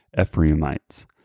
Ephraimites